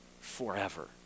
forever